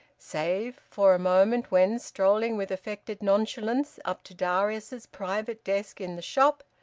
save for a moment when, strolling with affected nonchalance up to darius's private desk in the shop,